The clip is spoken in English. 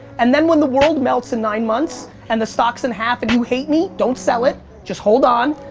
and then when the world melts in nine months, and the stock's in half and you hate me, don't sell it, just hold on,